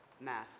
Math